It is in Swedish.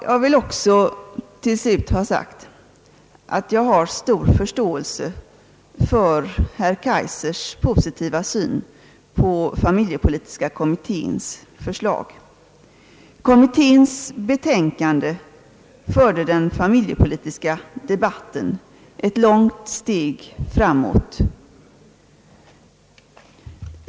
Jag vill också till slut ha sagt att jag har stor förståelse för herr Kaijsers positiva syn på familjepolitiska kommitténs förslag — betänkandet förde den familjepolitiska debatten ett långt steg framåt.